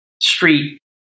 street